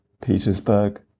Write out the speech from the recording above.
Petersburg